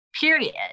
period